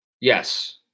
Yes